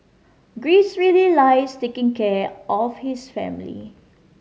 Greece really likes taking care of his family